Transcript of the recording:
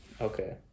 Okay